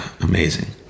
amazing